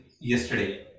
yesterday